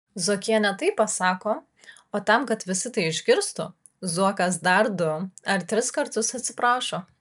zuokienė taip pasako o tam kad visi tai išgirstų zuokas dar du ar tris kartus atsiprašo